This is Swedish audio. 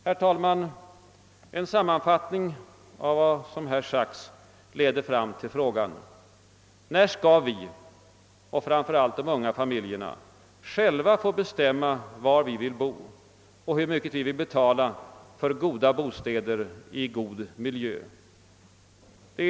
Herr talman! En sammanfattning av vad som här sagts leder fram till frågan: När skall vi — och framför allt de unga familjerna — själva få bestämma var vi vill bo och hur mycket vi skall betala för goda bostäder i god miljö?